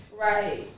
Right